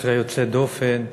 מקרה יוצא דופן.